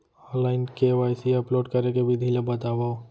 Online KYC upload करे के विधि ला बतावव?